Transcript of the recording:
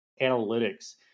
analytics